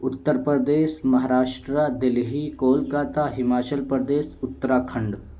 Uttar Pradesh Maharashtra Delhi Kolkata Himachal Pradesh Uttarakhand